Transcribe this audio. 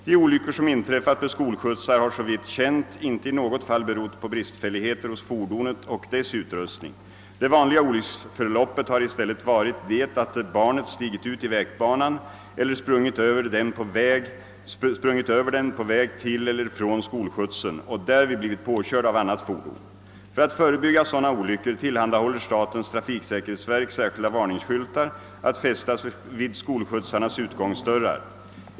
De olyckor som inträffar med skolskjutsar har såvitt känt inte i något fall berott på bristfälligheter hos fordonet och dess utrustning. Det vanliga olycksförloppet har i stället varit det att barnet stigit ut i vägbanan eller sprungit över den på väg till eller från skolskjutsen och därvid blivit påkört av annat fordon. För att förebygga sådana olyckor tillhandahåller statens trafiksäkerhetsverk särskilda varningsskyltar att fästas vid skolskjutsarnas utgångsdörrar.